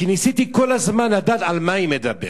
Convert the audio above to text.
כי ניסיתי כל הזמן לדעת על מה היא מדברת,